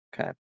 Okay